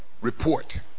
report